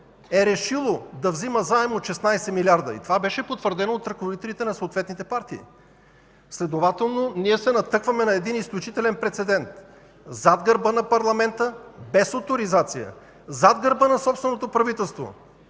е решило да взима заем от 16 милиарда. И това беше потвърдено от ръководителите на съответните партии. Следователно, ние се натъкваме на един изключителен прецедент – зад гърба на парламента, без оторизация, зад гърба на собственото правителство